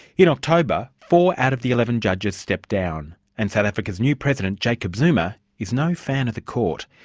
in october, four out of the eleven judges step down, and south africa's new president, jacob zuma, is no fan of the court.